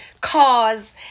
cause